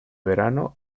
verano